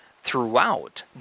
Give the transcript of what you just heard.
throughout